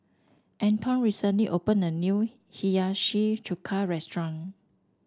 Anton recently opened a new Hiyashi Chuka restaurant